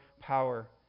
power